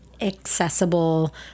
accessible